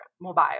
mobile